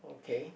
okay